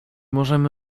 możemy